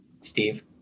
Steve